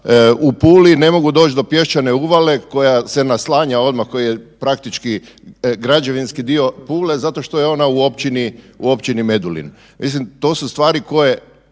u Puli ne mogu doć do pješčane uvale koja se naslanja odmah koji je praktički građevinski dio Pule zato što je ona u općini Medulin. To su stvari koje